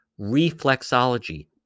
reflexology